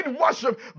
worship